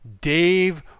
Dave